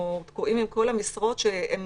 אנחנו תקועים עם כל המשרות שהם